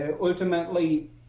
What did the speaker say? ultimately